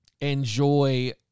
enjoy